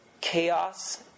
chaos